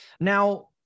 Now